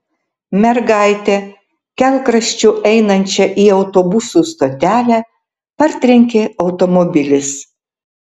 mergaitę kelkraščiu einančią į autobusų stotelę partrenkė automobilis